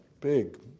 big